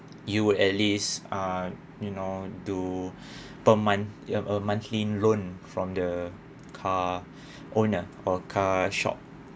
you at least ah you know do per month you a a monthly loan from the car owner or car shop